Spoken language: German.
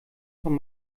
von